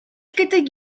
гэдэг